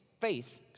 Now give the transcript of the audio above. faith